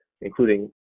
including